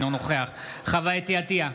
אינו נוכח חוה אתי עטייה,